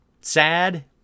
sad